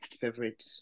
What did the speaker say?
favorite